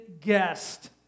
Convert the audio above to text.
guest